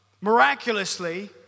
miraculously